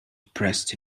pressed